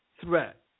threat